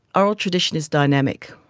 oral tradition is dynamic.